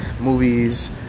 movies